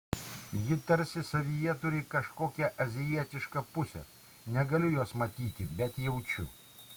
ji tarsi savyje turi kažkokią azijietišką pusę negaliu jos matyti bet jaučiu